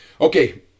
Okay